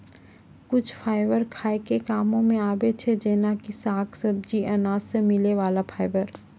कुछ फाइबर खाय के कामों मॅ आबै छै जेना कि साग, सब्जी, अनाज सॅ मिलै वाला फाइबर